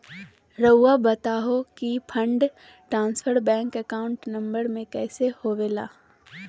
रहुआ बताहो कि fund transfer bank account number में कैसे होबेला?